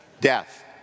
death